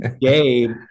Gabe